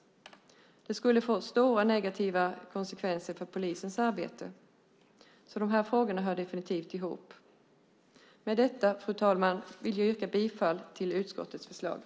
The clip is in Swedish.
Det skulle få stora negativa konsekvenser för polisens arbete. De här frågorna hör definitivt ihop. Fru talman! Jag yrkar bifall till förslaget i utskottets betänkande.